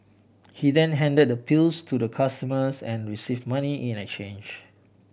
he then handed the pills to the customers and receive money in a change